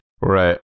Right